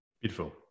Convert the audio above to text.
beautiful